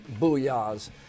booyahs